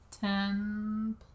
Ten